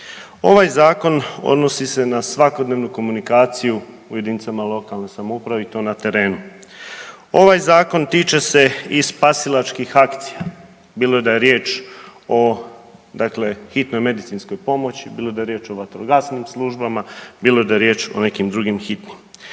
Ovaj Zakon odnosi se na svakodnevnu komunikaciju u jedinicama lokalne samouprave i to na terenu. Ovaj Zakon tiče se i spasilačkih akcija, bilo da je riječ o dakle hitnoj medicinskoj pomoći, bilo da je riječ o vatrogasnim službama, bilo da je riječ o nekim drugim hitnim.